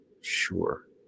Sure